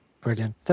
Brilliant